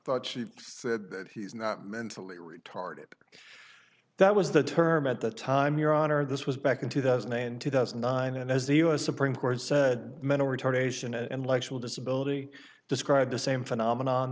thought she said that he's not mentally retarded that was the term at the time your honor this was back in two thousand and two thousand and nine and as the u s supreme court said mental retardation and like full disability describe the same phenomenon